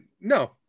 no